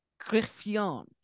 Griffion